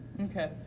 Okay